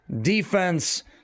defense